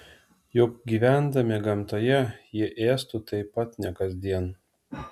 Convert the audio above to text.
juk gyvendami gamtoje jie ėstų taip pat ne kasdien